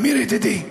עמיר ידידי.